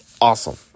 awesome